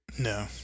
No